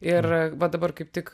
ir va dabar kaip tik